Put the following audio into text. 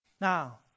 Now